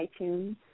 iTunes